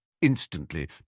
Instantly